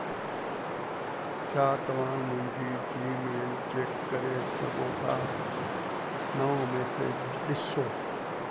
छा तव्हां मुंहिंजी जी मेल चेक करे सघो था नवां मैसेज ॾिसो